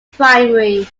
primary